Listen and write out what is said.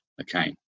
Okay